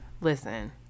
Listen